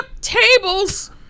tables